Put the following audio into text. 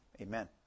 amen